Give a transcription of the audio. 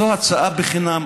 זו הצעה בחינם.